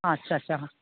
আচ্ছা আচ্ছা